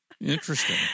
Interesting